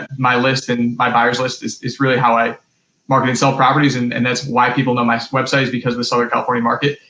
my list and my buyers list is is really how i market and sell properties, and and that's why people know my website, is because of the seller california market.